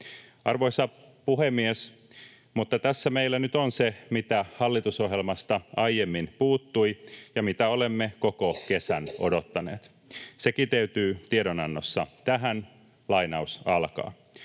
Arvoisa puhemies! Mutta tässä meillä nyt on se, mitä hallitusohjelmasta aiemmin puuttui ja mitä olemme koko kesän odottaneet. Se kiteytyy tiedonannossa tähän: